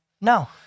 no